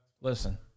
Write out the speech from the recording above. listen